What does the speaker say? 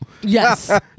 Yes